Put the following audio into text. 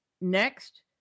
Next